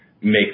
make